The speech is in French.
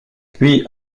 puis